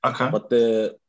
Okay